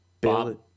Bob